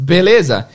Beleza